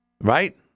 Right